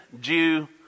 Jew